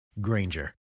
Granger